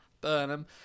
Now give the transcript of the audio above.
Burnham